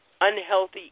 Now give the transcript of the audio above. unhealthy